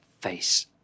face